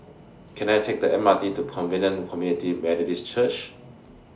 Can I Take The M R T to Covenant Community Methodist Church